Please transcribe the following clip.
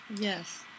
yes